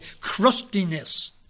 crustiness